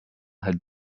had